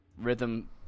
rhythm